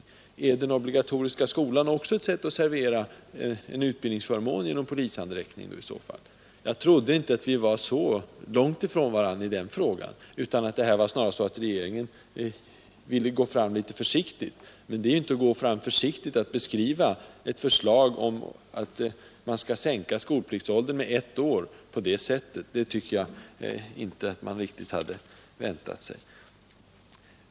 Är den obligatoriska skolan också ett sätt att servera en utbildningsförmån genom polishandräckning? Jag trodde inte att vi var så långt ifrån varandra i den frågan, utan att regeringen bara ville gå fram lite försiktigt. Men det är inte att gå fram försiktigt, att beskriva ett förslag till sänkning av skolpliktsåldern med ett år på det sättet. Ett sådant uttalande hade jag inte väntat mig.